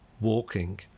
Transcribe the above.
walking